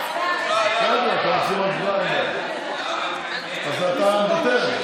אז אתה מוותר?